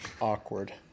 awkward